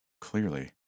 Clearly